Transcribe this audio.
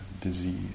disease